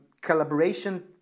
collaboration